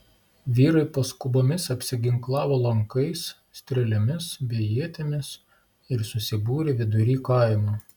vyrai paskubomis apsiginklavo lankais strėlėmis bei ietimis ir susibūrė vidury kaimo